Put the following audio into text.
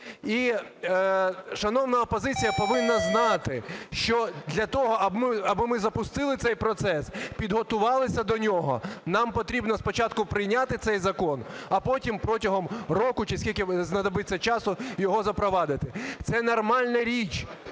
І шановна опозиція повинна знати, що для того, аби ми запустили цей процес, підготувалися до нього, нам потрібно спочатку прийняти цей закон, а потім протягом року, чи скільки знадобиться часу, його запровадити. Це нормальна річ,